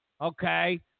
Okay